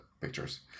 pictures